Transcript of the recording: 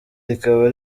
rikaba